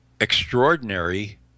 extraordinary